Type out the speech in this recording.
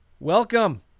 Welcome